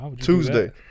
Tuesday